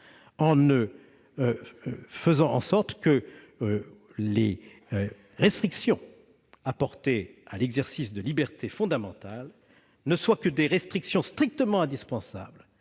en faisant en sorte que les restrictions apportées à l'exercice de libertés fondamentales ne soient que des restrictions strictement indispensables,